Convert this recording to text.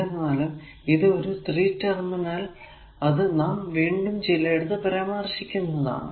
എന്നിരുന്നാലും ഇത് ഒരു 3 ടെർമിനൽ അത് നാം വീണ്ടും ചിലയിടത്തു പരാമര്ശിക്കുന്നതാണ്